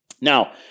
Now